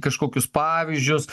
kažkokius pavyzdžius